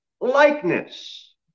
Likeness